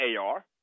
AR